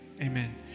Amen